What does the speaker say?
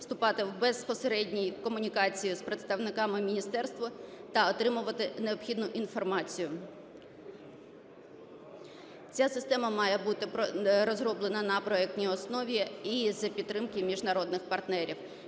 вступати в безпосередні комунікації з представниками міністерства та отримувати необхідну інформацію. Ця система має бути розроблена на проектній основі і за підтримки міжнародних партнерів.